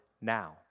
now